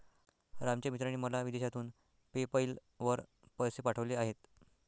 रामच्या मित्राने मला विदेशातून पेपैल वर पैसे पाठवले आहेत